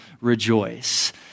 rejoice